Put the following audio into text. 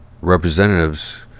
representatives